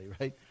right